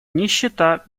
нищета